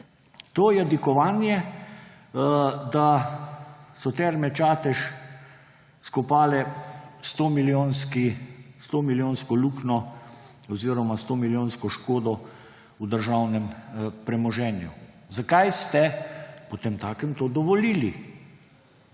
to jadikovanje, da so Terme Čatež skopale 100-milijonsko luknjo oziroma 100-milijonsko škodo v državnem premoženju? Zakaj ste potemtakem to dovolili?